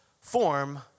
form